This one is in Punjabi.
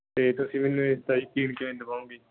ਤਾਂ ਤੁਸੀਂ ਮੈਨੂੰ ਇੱਦਾਂ ਯਕੀਨ ਕਿਵੇਂ ਦਵਾਓਂਗੇ ਜੀ